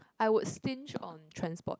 I would stinge on transport